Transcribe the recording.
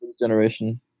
...generation